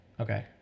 Okay